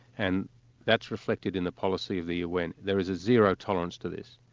and that's reflected in the policy of the un. there is a zero tolerance to this.